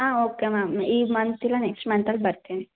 ಹಾಂ okay ma'am ಈ month ಇಲ್ಲ ನೆಕ್ಟ್ಸ್ ಮಂತಲ್ಲಿ ಬರ್ತೀನಿ